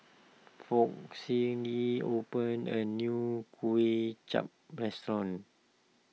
Foch opened a new Kuay Chap restaurant